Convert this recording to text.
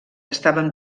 estaven